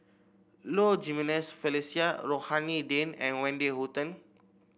Low Jimenez Felicia Rohani Din and Wendy Hutton